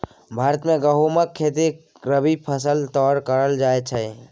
भारत मे गहुमक खेती रबी फसैल तौरे करल जाइ छइ